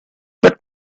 but